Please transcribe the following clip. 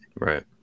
right